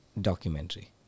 documentary